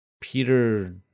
Peter